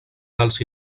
dels